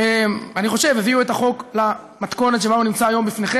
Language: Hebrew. שאני חושב שהביאו את החוק למתכונת שבה הוא נמצא היום לפניכם.